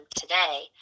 today